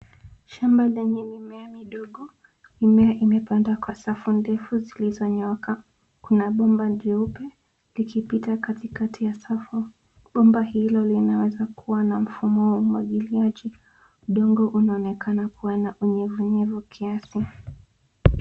Shamba lenye mimea midogo. Mimea imepandwa kwa safu ndefu zilizonyooka. Kuna bomba jeupe likipita katikati ya safu. Bomba hilo linaweza kuwa na mfumo wa umwagiliaji. Udongo unaonekana kuwa na unyevunyevu kiasi.